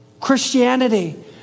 Christianity